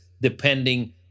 depending